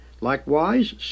likewise